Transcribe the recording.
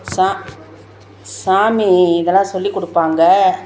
சா சாமி இதெல்லாம் சொல்லி கொடுப்பாங்க